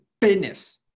business